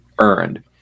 earned